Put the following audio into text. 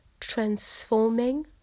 transforming